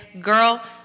Girl